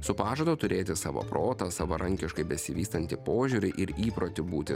su pažadu turėti savo protą savarankiškai besivystantį požiūrį ir įprotį būti